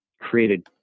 created